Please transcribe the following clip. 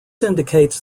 indicates